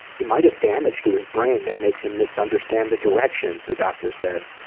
he might have damage to his brain that makes him misunderstand the directions the doctor said.